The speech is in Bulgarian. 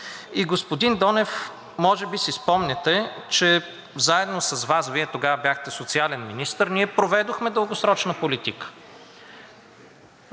И господин Донев, може би си спомняте, че заедно с Вас, Вие тогава бяхте социален министър, ние проведохме дългосрочна политика,